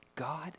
God